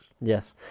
Yes